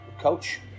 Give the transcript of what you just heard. coach